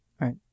right